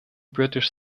british